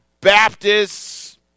Baptists